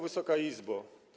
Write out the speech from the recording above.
Wysoka Izbo!